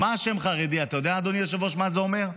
אתה יודע, אדוני היושב-ראש, מה זה אומר?